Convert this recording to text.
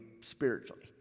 spiritually